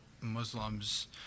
Muslims